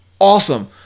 awesome